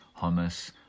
hummus